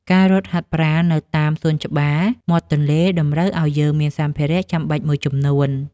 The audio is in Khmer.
ការរត់ហាត់ប្រាណនៅតាមសួនច្បារមាត់ទន្លេ តម្រូវឲ្យយើងមានសម្ភារៈចាំបាច់មួយចំនួន។